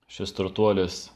šis turtuolis